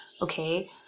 okay